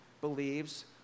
believes